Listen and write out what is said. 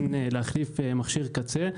כן להחליף מכשיר קצה,